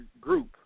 group